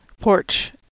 porch